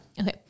Okay